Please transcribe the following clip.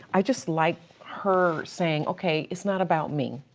i just like her saying, okay, it's not about me.